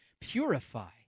Purify